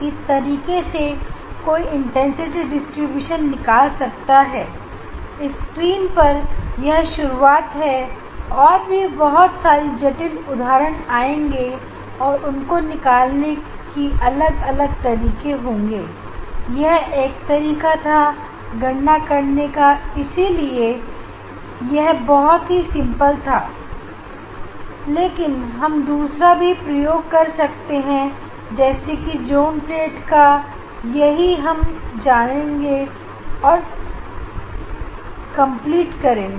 इस तरीके से कोई इंटेंसिटी डिस्ट्रीब्यूशन निकाल सकता है इस स्क्रीन पर यह शुरुआत है और भी बहुत सारी जटिल उदाहरण आएंगे और उनको निकालने की अलग तरीके होंगे यह एक तरीका था गणना करने का इसलिए यह बहुत ही सिंपल था लेकिन हम दूसरा भी प्रयोग कर सकते हैं जैसे कि जोन प्लेट का यही हम जानेंगे और कंप्लीट करेंगे